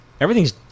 everything's